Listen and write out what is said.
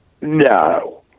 No